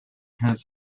has